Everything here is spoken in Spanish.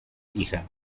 hija